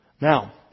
Now